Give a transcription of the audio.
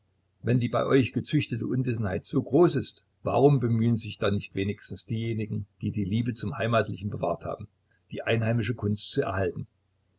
wenn die bei euch gezüchtete unwissenheit so groß ist warum bemühen sich dann nicht wenigstens diejenigen die die liebe zum heimatlichen bewahrt haben die einheimische kunst zu erhalten